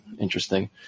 interesting